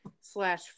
slash